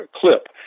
clip